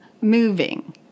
moving